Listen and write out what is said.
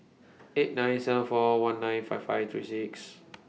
eight nine seven four one nine five five three six